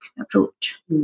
approach